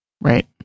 Right